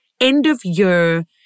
end-of-year